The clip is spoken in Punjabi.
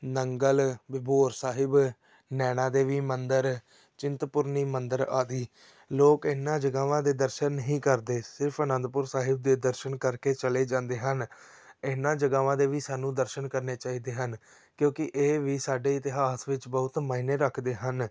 ਨੰਗਲ ਬਿਬੋਰ ਸਾਹਿਬ ਨੈਣਾ ਦੇਵੀ ਮੰਦਰ ਚਿੰਤਪੁਰਨੀ ਮੰਦਰ ਆਦਿ ਲੋਕ ਇਨ੍ਹਾਂ ਜਗ੍ਹਾਵਾਂ ਦੇ ਦਰਸ਼ਨ ਨਹੀਂ ਕਰਦੇ ਸਿਰਫ ਅਨੰਦਪੁਰ ਸਾਹਿਬ ਦੇ ਦਰਸ਼ਨ ਕਰਕੇ ਚਲੇ ਜਾਂਦੇ ਹਨ ਇਹਨਾਂ ਜਗ੍ਹਾਵਾਂ ਦੇ ਵੀ ਸਾਨੂੰ ਦਰਸ਼ਨ ਕਰਨੇ ਚਾਹੀਦੇ ਹਨ ਕਿਉਂਕਿ ਇਹ ਵੀ ਸਾਡੇ ਇਤਿਹਾਸ ਵਿੱਚ ਬਹੁਤ ਮਾਇਨੇ ਰੱਖਦੇ ਹਨ